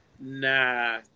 nah